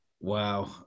Wow